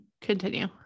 continue